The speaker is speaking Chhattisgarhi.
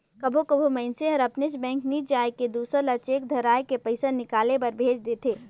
कभों कभों मइनसे हर अपनेच बेंक नी जाए के दूसर ल चेक धराए के पइसा हिंकाले बर भेज देथे